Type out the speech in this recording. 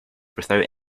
without